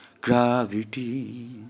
gravity